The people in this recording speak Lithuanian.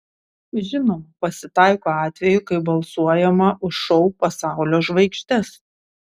žinoma pasitaiko atvejų kai balsuojama už šou pasaulio žvaigždes